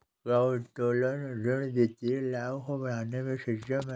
क्या उत्तोलन ऋण वित्तीय लाभ को बढ़ाने में सक्षम है?